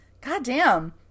goddamn